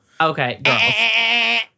Okay